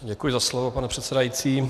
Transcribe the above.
Děkuji za slovo, pane předsedající.